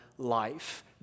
Life